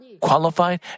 qualified